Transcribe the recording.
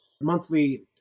monthly